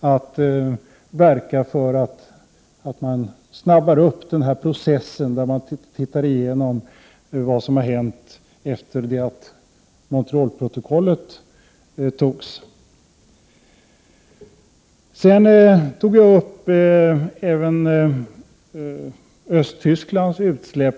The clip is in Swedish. att verka för att man snabbar upp processen där man tittar igenom vad som har hänt efter det att Montrealprotokollet antogs. Sedan tog jag upp även Östtysklands utsläpp.